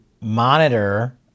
monitor